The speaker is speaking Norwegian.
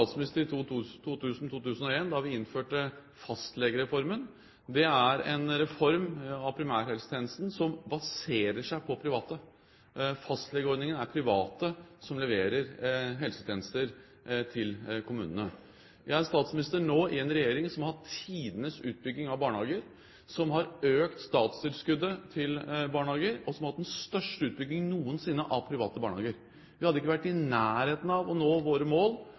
i 2000–2001, da vi innførte fastlegereformen. Det er en reform av primærhelsetjenesten som baserer seg på private. I fastlegeordningen er det private som leverer helsetjenester til kommunene. Jeg er statsminister nå i en regjering som har hatt tidenes utbygging av barnehager, som har økt statstilskuddet til barnehager, og som har hatt den største utbyggingen noensinne av private barnehager. Vi hadde ikke vært i nærheten av å nå våre mål